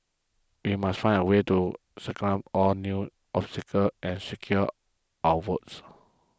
we must find a way to circumvent all these new obstacles and secure our votes